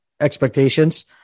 expectations